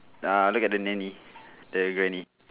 ah look at the nanny the granny